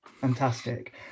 Fantastic